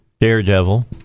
Daredevil